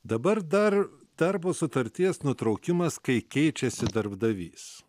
dabar dar darbo sutarties nutraukimas kai keičiasi darbdavys